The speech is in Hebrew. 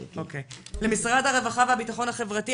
למשרד הרווחה והביטחון החברתי,